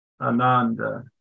Ananda